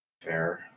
Fair